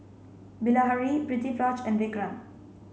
Bilahari Pritiviraj and Vikram